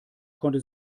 konnte